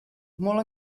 molt